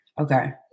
Okay